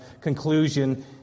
conclusion